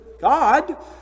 God